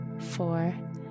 four